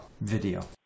video